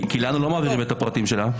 כי לנו לא מעבירים את הפרטים שלה.